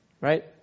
right